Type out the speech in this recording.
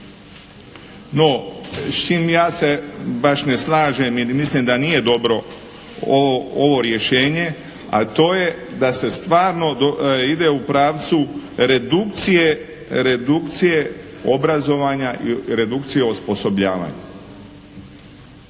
no s čim ja se baš ne slažem jer mislim da nije dobro ovo rješenje, a to je da se stvarno ide u pravcu redukcije obrazovanja i redukcije osposobljavanja.